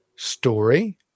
Story